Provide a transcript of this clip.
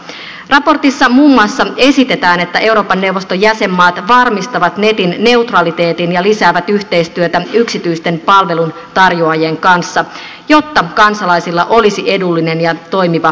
raportissa muun muassa esitetään että euroopan neuvoston jäsenmaat varmistavat netin neutraliteetin ja lisäävät yhteistyötä yksityisten palveluntarjoajien kanssa jotta kansalaisilla olisi edullinen ja toimiva pääsy nettiin